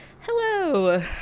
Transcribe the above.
Hello